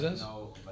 No